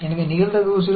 எனவே நிகழ்தகவு 0